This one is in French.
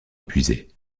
épuisés